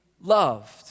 loved